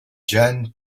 jan